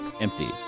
Empty